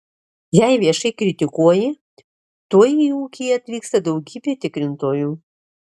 jei viešai kritikuoji tuoj į ūkį atvyksta daugybė tikrintojų